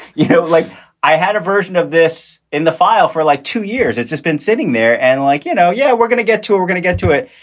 you know, like i had a version of this in the file for like two years. it's just been sitting there and like, you know, yeah, we're going to get to it. we're going to get to it.